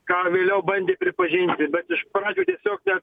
ką vėliau bandė pripažinti bet iš pradžių tiesiog ne